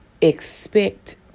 expect